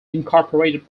incorporated